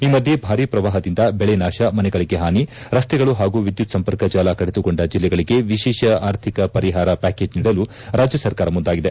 ಈ ಮಧ್ಯೆ ಭಾರೀ ಪ್ರವಾಹದಿಂದ ಬೆಳೆ ನಾಶ ಮನೆಗಳಿಗೆ ಹಾನಿ ರಸ್ತೆಗಳು ಹಾಗೂ ವಿದ್ಯುತ್ ಸಂಪರ್ಕ ಜಾಲ ಕಡಿತಗೊಂಡ ಜೆಲ್ಲೆಗಳಗೆ ವಿಶೇಷ ಆರ್ಥಿಕ ಪರಿಹಾರ ಪ್ಲಾಕೇಜ್ ನೀಡಲು ರಾಜ್ಯ ಸರ್ಕಾರ ಮುಂದಾಗಿದೆ